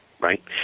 right